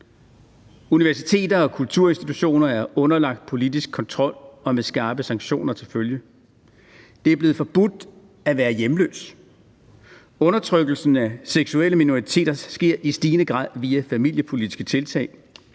Universiteter og kulturinstitutioner er underlagt politisk kontrol og med skarpe sanktioner til følge. Det er blevet forbudt at være hjemløs. Undertrykkelsen af seksuelle minoriteter sker i stigende grad via familiepolitiske tiltag.